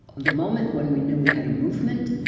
the moment when we knew we had a movement,